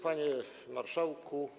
Panie Marszałku!